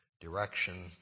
direction